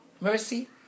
mercy